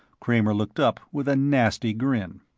kramer looked up, with a nasty grin.